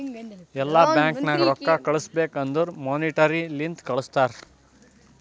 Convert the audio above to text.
ಎಲ್ಲಾ ಬ್ಯಾಂಕ್ ನಾಗ್ ರೊಕ್ಕಾ ಕಳುಸ್ಬೇಕ್ ಅಂದುರ್ ಮೋನಿಟರಿ ಲಿಂತೆ ಕಳ್ಸುತಾರ್